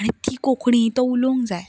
आनी ती कोंकणी तो उलोवंक जाय